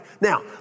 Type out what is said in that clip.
Now